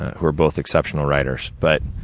who are both exceptional writers. but,